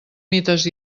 mites